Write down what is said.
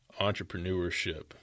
entrepreneurship